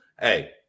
hey